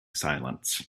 silence